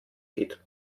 geht